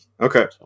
Okay